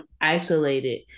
isolated